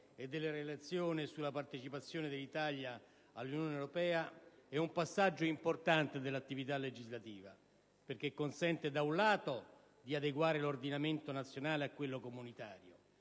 e della Relazione sulla partecipazione dell'Italia all'Unione europea è un passaggio importante dell'attività legislativa, perché consente, da un lato, di adeguare l'ordinamento nazionale a quello comunitario